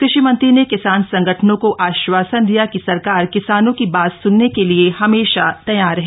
कृषि मंत्री ने किसान संगठनों को आश्वासन दिया कि सरकार किसानों की बात सुनने के लिए हमेशा तैयार है